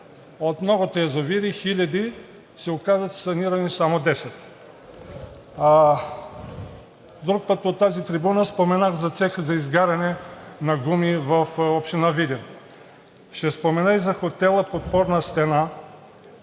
От многото язовири – хиляди, се оказва, че са санирани само десет. Друг път от тази трибуна споменах за цеха за изгаряне на гуми в община Видин. Ще спомена и за хотела – подпорна стена,